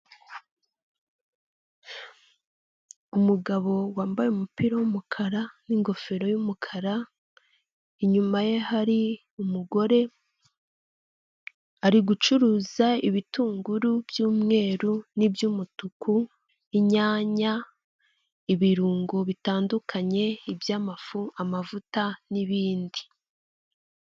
Umugabo wambaye umupira w'umukara n'ingofero y'umukara; inyuma ye hari umugore ari gucuruza ibitunguru by'umweru n'iby'umutuku, inyanya, ibirungo bitandukanye iby'amafu, amavuta n'ibindi.